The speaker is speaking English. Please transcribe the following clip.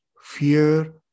fear